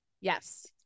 Yes